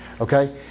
Okay